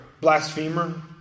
blasphemer